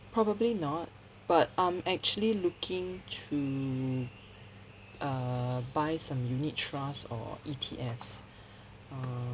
probably not but I'm actually looking to err buy some unit trust or E_T_Fs err